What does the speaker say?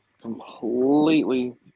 completely